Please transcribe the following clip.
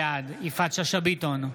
בעד יפעת שאשא ביטון,